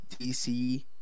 DC